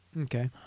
Okay